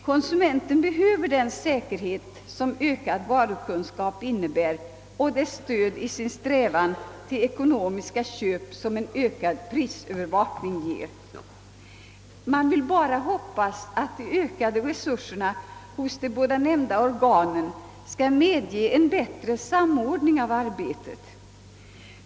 Konsumenten behöver den säkerhet som ökad varukunskap innebär och det stöd i sin strävan till ekonomiska köp som en ökad prisövervakning ger. Man får bara hoppas, att de ökade resurserna hos de båda nämnda organen skall medge en bättre samordning av arbetet.